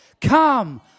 Come